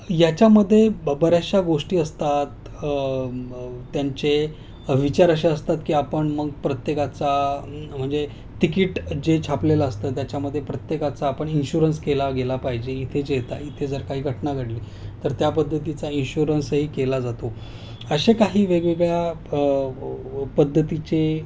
याच्यामध्ये बऱ्याचशा गोष्टी असतात त्यांचे विचार असे असतात की आपण मग प्रत्येकाचा म्हणजे तिकीट जे छापलेलं असतं त्याच्यामध्ये प्रत्येकाचा आपण इन्शुरन्स केला गेला पाहिजे इथे जे आहे जर काही घटना घडली तर त्या पद्धतीचा इशुरन्सही केला जातो अशे काही वेगवेगळ्या पद्धतीचे